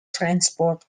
transport